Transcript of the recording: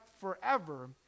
forever